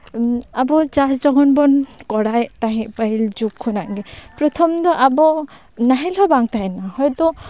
ᱟᱵᱚ ᱪᱟᱥ ᱡᱚᱠᱷᱚᱱ ᱵᱚᱱ ᱠᱚᱨᱟᱣ ᱮᱫ ᱛᱟᱦᱮᱱ ᱯᱟᱹᱦᱤᱞ ᱡᱩᱜᱽ ᱠᱷᱚᱱᱟ ᱜᱮ ᱯᱨᱚᱛᱷᱚᱢ ᱫᱚ ᱟᱵᱚ ᱱᱟᱦᱮᱞ ᱦᱚᱸ ᱵᱟᱝ ᱛᱟᱦᱮᱸ ᱞᱮᱱᱟ ᱦᱚᱭᱛᱳ